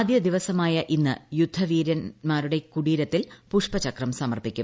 ആദ്യ ദിനമായ ഇന്ന് യുദ്ധവീരന്മാരുടെ കുടീരത്തിൽ പുഷ്പചക്രം സമർപ്പിക്കും